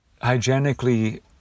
hygienically